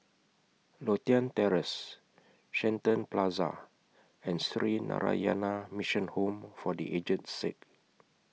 Lothian Terrace Shenton Plaza and Sree Narayana Mission Home For The Aged Sick